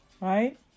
Right